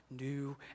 new